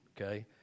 okay